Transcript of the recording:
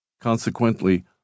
Consequently